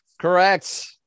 Correct